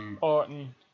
Orton